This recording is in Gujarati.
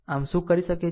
આમ શું કરી શકે છે